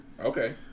Okay